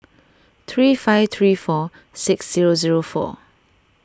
three five three four six zero zero four